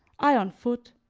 i on foot,